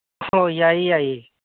ꯑꯣ ꯌꯥꯏꯌꯦ ꯌꯥꯏꯌꯦ